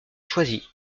choisie